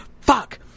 Fuck